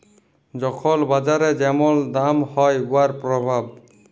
যখল বাজারে যেমল দাম হ্যয় উয়ার পরভাব